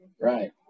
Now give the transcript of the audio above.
Right